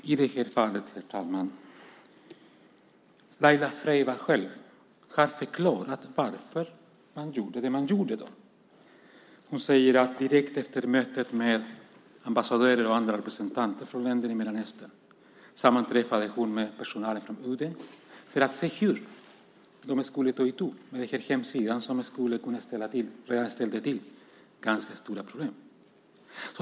Herr talman! I det här fallet har Laila Freivalds själv förklarat varför man gjorde det man gjorde. Hon säger att hon direkt efter mötet med ambassadörer och andra representanter från länder i Mellanöstern sammanträffade med personal från UD för att se hur man skulle ta itu med den hemsida som redan ställt till ganska stora problem.